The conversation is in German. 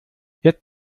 jetzt